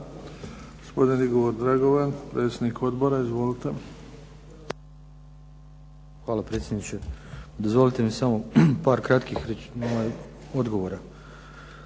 Hvala